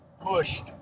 pushed